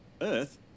Earth